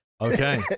Okay